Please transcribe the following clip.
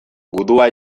gudua